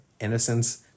Innocence